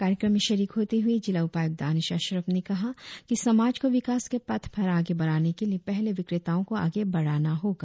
कार्यक्रम में शरीक होते हए जिला उपायुक्त दनिश अशरफ ने कहा कि समाज को विकास के पथ पर आगे बढ़ाने के लिए पहले विक्रेताओ को आगे बढ़ाना होगा